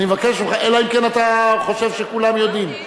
אלא אם כן אתה חושב שכולם יודעים.